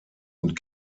und